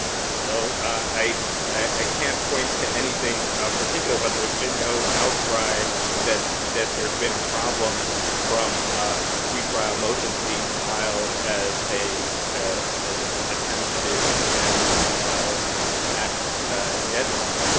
well, i i can't point to anything particular, but there's been no outcry that that there's been a problem from pretrial motions being filed as a ah as an attempt to extend the speedy trial act deadline.